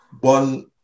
One